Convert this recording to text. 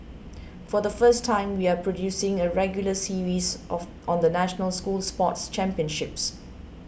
for the first time we are producing a regular series of on the national school sports championships